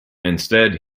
instead